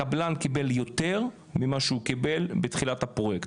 הקבלן קיבל יותר ממה שהוא קיבל בתחילת הפרויקט,